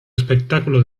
espectáculo